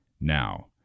now